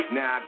Now